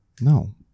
No